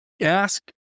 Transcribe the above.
Ask